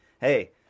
hey